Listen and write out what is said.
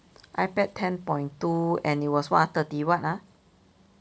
ipad ten point two and it was what ah thirty what ah